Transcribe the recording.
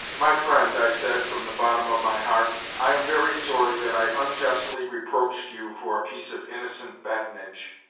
my friend, i said from the bottom of my heart, i am very sorry that i unjustly reproached you for a piece of innocent badinage